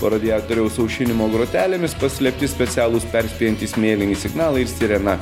o radiatoriaus aušinimo grotelėmis paslėpti specialūs perspėjantys mėlyni signalai ir sirena